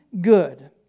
good